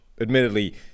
admittedly